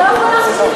אתה שר חינוך,